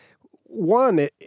One